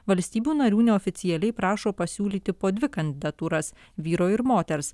valstybių narių neoficialiai prašo pasiūlyti po dvi kandidatūras vyro ir moters